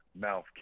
mouth